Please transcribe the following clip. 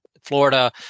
Florida